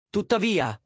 Tuttavia